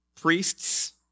Priests